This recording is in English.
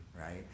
Right